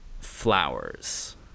flowers